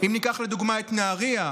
אם ניקח לדוגמה את נהריה,